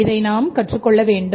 இதை நாம் கற்றுக்கொள்ளவேண்டும்